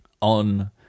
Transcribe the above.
on